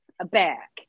aback